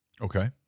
Okay